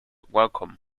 welcome